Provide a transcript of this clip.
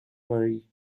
worry